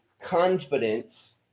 confidence